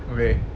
okay